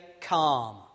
calm